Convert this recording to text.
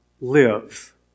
live